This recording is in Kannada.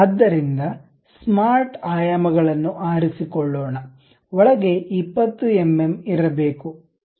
ಆದ್ದರಿಂದ ಸ್ಮಾರ್ಟ್ ಆಯಾಮಗಳನ್ನು ಆರಿಸಿಕೊಳ್ಳೋಣ ಒಳಗೆ 20 ಎಂಎಂ ಇರಬೇಕು ಆಯಿತು